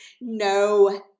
No